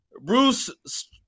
Bruce